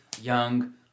young